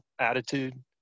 attitude